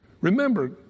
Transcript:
Remember